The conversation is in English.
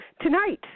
tonight